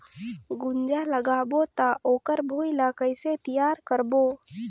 गुनजा लगाबो ता ओकर भुईं ला कइसे तियार करबो?